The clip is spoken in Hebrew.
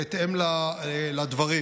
בהתאם לדברים.